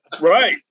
right